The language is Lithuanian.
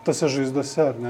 tose žaizdose ar ne